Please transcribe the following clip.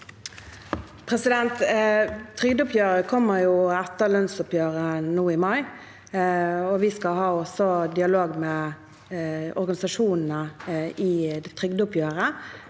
Trygde- oppgjøret kommer etter lønnsoppgjøret, nå i mai. Vi skal ha dialog med organisasjonene i trygdeoppgjøret,